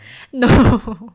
no